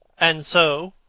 and so,